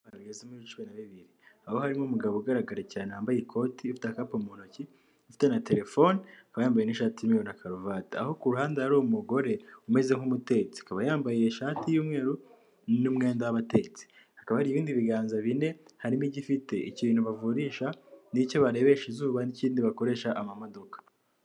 Haba harimo umugabo ugaragara cyane wambaye ikoti ufite agakapu mu ntoki ndetse na telefoni aba yambaye n'ishati n'akaruvati aho ku ruhande ari umugore umeze nk'umutetsi akaba yambaye ishati y'umweru n'umwenda w'abatetsi, hakaba hari ibindi biganza bine harimo igifite ikintu bavurisha nicyo barebesha izuba n'ikindi bakoresha amamodoka.